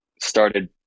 started